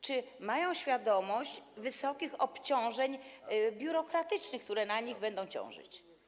Czy mają świadomość dużych obowiązków biurokratycznych, które na nich będą ciążyć?